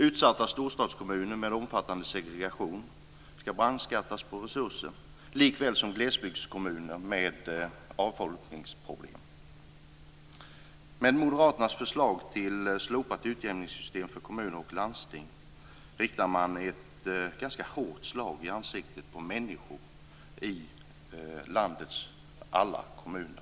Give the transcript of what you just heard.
Utsatta storstadskommuner med omfattande segregation skall brandskattas på resurser likväl som glesbygdskommuner med avfolkningsproblem. Med Moderaternas förslag till slopat utjämningssystem för kommuner och landsting riktas ett ganska hårt slag i ansiktet på människor i landets alla kommuner.